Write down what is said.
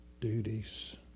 duties